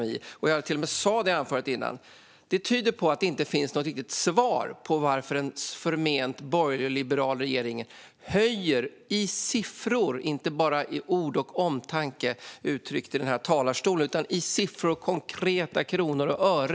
Jag sa till och med i mitt tidigare anförande att detta tyder på att det inte finns något riktigt svar på varför en förment borgerlig och liberal regering höjer skatten - i siffror, inte bara i ord och omtanke uttryckt i den här talarstolen utan i konkreta kronor och ören.